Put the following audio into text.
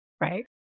right